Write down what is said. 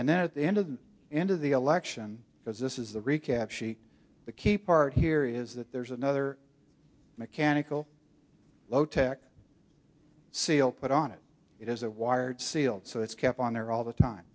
and then at the end of the end of the election because this is the recap sheet the key part here is that there's another mechanical low tech seal put on it it is a wired sealed so it's kept on there all the time